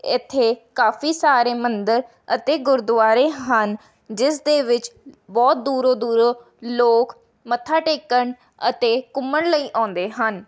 ਇੱਥੇ ਕਾਫੀ ਸਾਰੇ ਮੰਦਰ ਅਤੇ ਗੁਰਦੁਆਰੇ ਹਨ ਜਿਸ ਦੇ ਵਿੱਚ ਬਹੁਤ ਦੂਰੋਂ ਦੂਰੋਂ ਲੋਕ ਮੱਥਾ ਟੇਕਣ ਅਤੇ ਘੁੰਮਣ ਲਈ ਆਉਂਦੇ ਹਨ